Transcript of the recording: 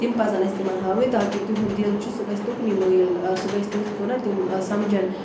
تِم پَزَن اَسہِ تِمن ہاوٕنۍ تاکہِ تُہُند دِل چھُ سُہ گژھِ تُکنُے مٲیِل سُہ گژھِ تٔتھۍ کُنَتھ تِم سَمجھن